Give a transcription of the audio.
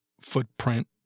footprint